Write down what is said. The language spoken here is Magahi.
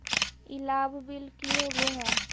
ई लाभ बिल की होबो हैं?